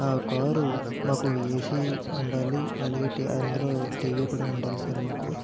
ఆ కారు మాకు ఏసీ ఉండాలి అలాగే టీ అందులో టీవీ కూడా ఉండాలి సార్ మాకు